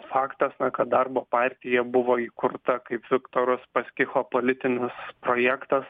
faktas kad darbo partija buvo įkurta kaip viktoro uspaskicho politinis projektas